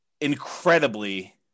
incredibly